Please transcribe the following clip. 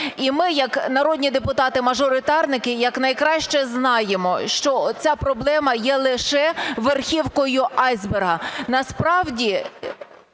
І ми як народні депутати-мажоритарники якнайкраще знаємо, що ця проблема є лише верхівкою айсберга. Насправді